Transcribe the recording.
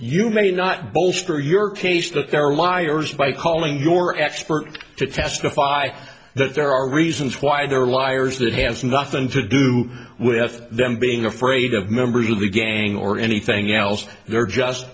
you may not bolster your case that there are liars by calling your expert to testify that there are reasons why they're liars that has nothing to do with them being afraid of members of the gang or anything else they're just